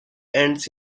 ends